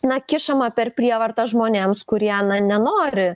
na kišama per prievartą žmonėms kurie nenori